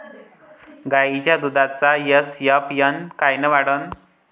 गायीच्या दुधाचा एस.एन.एफ कायनं वाढन?